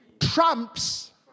trumps